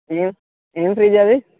ఏం ఏం ఫ్రిడ్జ్ అది